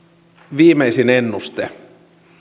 viimeisin ennuste